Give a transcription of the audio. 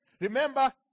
Remember